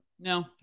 No